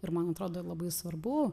ir man atrodo labai svarbu